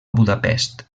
budapest